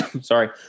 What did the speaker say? sorry